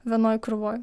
vienoj krūvoj